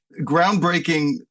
groundbreaking